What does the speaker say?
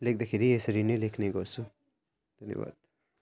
लेख्दाखेरि यसरी नै लेख्ने गर्छु धन्यवाद